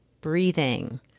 breathing